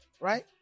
right